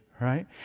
right